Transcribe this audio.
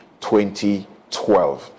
2012